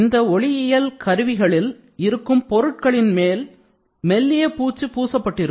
இந்த ஒளியியல் கருவிகளில் இருக்கும் பொருட்களின் மேல் ஒரு மெல்லிய பூச்சு பூசப்பட்டிருக்கும்